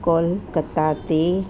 कोलकाता ते